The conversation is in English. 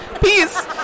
Peace